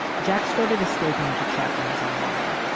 jack started escaping to chat rooms online.